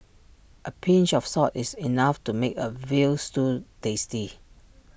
A pinch of salt is enough to make A Veal Stew tasty